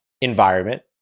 environment